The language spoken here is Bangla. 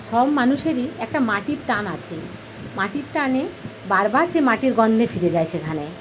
সব মানুষেরই একটা মাটির টান আছে মাটির টানে বার বার সে মাটির গন্ধে ফিরে যায় সেখানে